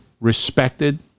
respected